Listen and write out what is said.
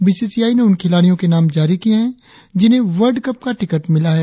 BCI ने उन खिलाड़ियों के नाम जारी किए है जिन्हें वर्ल्ड कप का टिकट मिला है